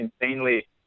insanely